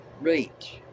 reach